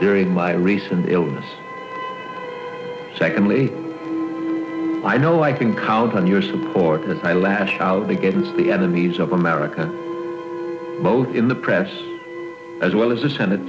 during my recent illness secondly i know i can count on your support and i lashed out against the enemies of america both in the press as well as the senate